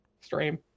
stream